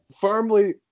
Firmly